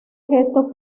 gesto